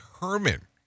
Herman